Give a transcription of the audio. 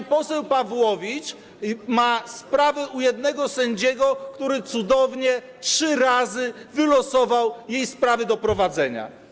że pani poseł Pawłowicz ma sprawy u jednego sędziego, który cudownie trzy razy wylosował te jej sprawy do prowadzenia.